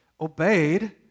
obeyed